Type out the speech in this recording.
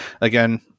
again